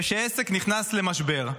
וכשעסק נכנס למשבר,